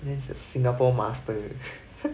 mains at singapore master